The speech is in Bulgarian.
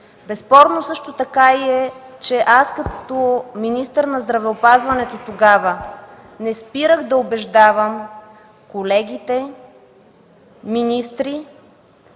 Безспорно също така е, че аз като министър на здравеопазването тогава не спирах да убеждавам колегите министри